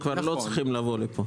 לא יצטרכו לבוא לפה.